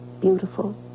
Beautiful